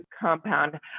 compound